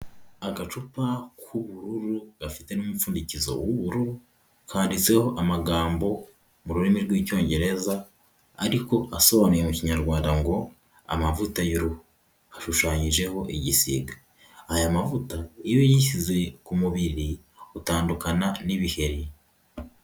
Agacupa k'ubururu gafite n'umupfundikizo w'ubururu kanditseho amagambo mu rurimi rw'icyongereza ariko asobanuye mu kinyarwanda ngo amavuta y'uruhu ashushanyijeho igisiga, aya mavuta iyo uyishyize ku mubiri utandukana n'ibiheri.